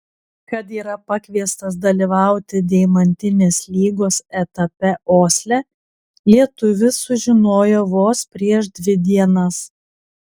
kad yra pakviestas dalyvauti deimantinės lygos etape osle lietuvis sužinojo vos prieš dvi dienas